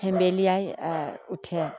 হেম্বেলিয়াই উঠে